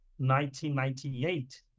1998